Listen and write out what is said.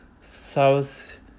South